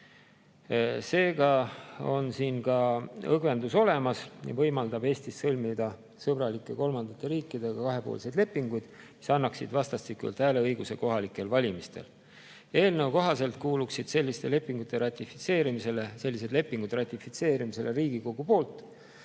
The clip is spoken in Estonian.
Seega on siin ka õgvendus olemas ja see võimaldab Eestil sõlmida sõbralike kolmandate riikidega kahepoolseid lepinguid, mis annaksid vastastikku [Eesti ja nende kodanikele] hääleõiguse kohalikel valimistel. Eelnõu kohaselt kuuluksid sellised lepingud ratifitseerimisele Riigikogu poolt.